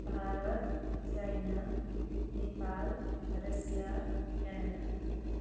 Bharat China Nepal Russia Canada